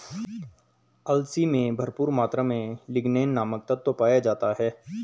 अलसी में भरपूर मात्रा में लिगनेन नामक तत्व पाया जाता है